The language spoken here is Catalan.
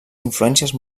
influències